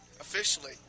officially